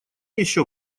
ещё